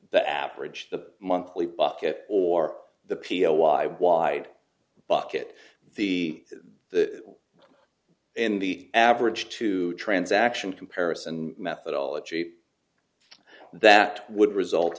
the average the monthly bucket or the p t o why wide bucket the the in the average to transaction comparison methodology that would result